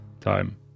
time